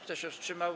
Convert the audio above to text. Kto się wstrzymał?